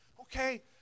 Okay